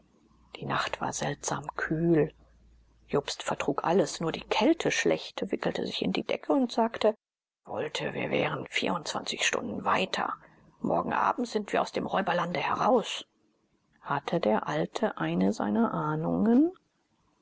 die nacht war seltsam kühl jobst vertrug alles nur die kälte schlecht wickelte sich in die decke und sagte wollte wir wären vierundzwanzig stunden weiter morgen abend sind wir aus dem räuberlande heraus hatte der alte eine seiner ahnungen